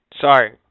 Sorry